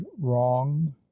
wrong